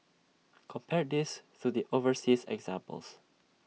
compare this to the overseas examples